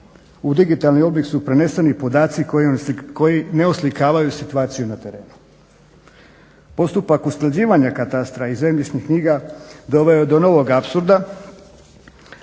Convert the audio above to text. u digitalni oblik su preneseni podaci koji ne oslikavaju situaciju na terenu. Postupak usklađivanja katastara i zemljišnih knjiga doveo je do novog apsurda